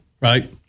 right